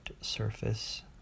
surface